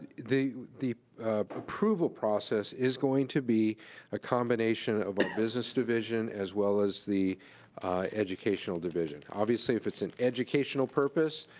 the the approval process is going to be a combination of but business division as well as the educational division. obviously if it's an educational purpose,